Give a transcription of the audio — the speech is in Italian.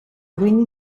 quindi